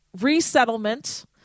resettlement